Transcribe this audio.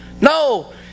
No